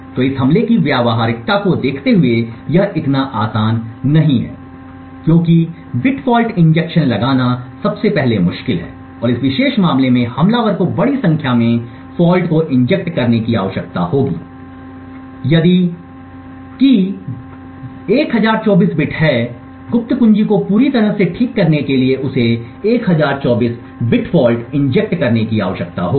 तो इस हमले की व्यावहारिकता को देखते हुए यह इतना आसान नहीं है क्योंकि बिट फॉल्ट इंजेक्शन लगाना सबसे पहले मुश्किल है और इस विशेष मामले में हमलावर को बड़ी संख्या में फॉल्ट को इंजेक्ट करने की आवश्यकता होगी यदि कुंजी पक्ष 1024 बिट है गुप्त कुंजी को पूरी तरह से ठीक करने के लिए उसे 1024 बिट फॉल्ट इंजेक्ट करने की आवश्यकता होगी